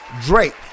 Drake